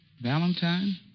Valentine